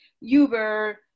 Uber